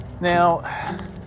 Now